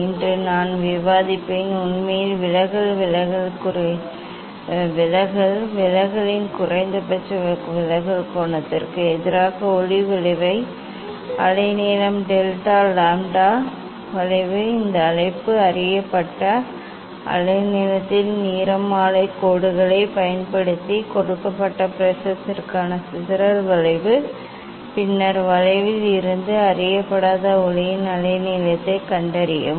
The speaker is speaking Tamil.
இன்று நான் விவாதிப்பேன் உண்மையில் விலகல் விலகலின் குறைந்தபட்ச விலகல் கோணத்திற்கு எதிராக ஒளி வளைவின் அலைநீளம் டெல்டா லாம்ப்டா வளைவு இந்த அழைப்பு அறியப்பட்ட அலைநீளத்தின் நிறமாலை கோடுகளைப் பயன்படுத்தி கொடுக்கப்பட்ட ப்ரிஸத்திற்கான சிதறல் வளைவு பின்னர் வளைவில் இருந்து அறியப்படாத ஒளியின் அலைநீளத்தைக் கண்டறியவும்